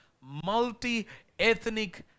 multi-ethnic